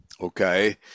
Okay